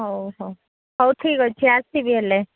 ହଉ ହଉ ହଉ ଠିକ୍ ଅଛି ଆସିବି ହେଲେ